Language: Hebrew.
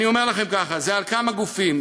אני אומר לכם כך: זה על כמה גופים,